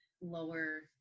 lower